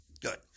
Good